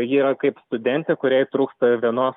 ji yra kaip studentė kuriai trūksta vieno